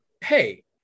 Hey